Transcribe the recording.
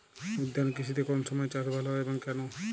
উদ্যান কৃষিতে কোন সময় চাষ ভালো হয় এবং কেনো?